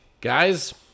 Guys